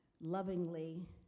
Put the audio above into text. lovingly